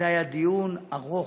זה היה דיון ארוך,